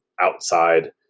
outside